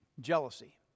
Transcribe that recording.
jealousy